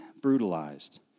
brutalized